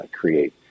create